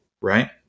Right